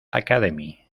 academy